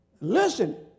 listen